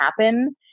happen